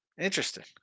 Interesting